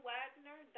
Wagner